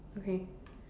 okay